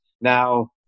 Now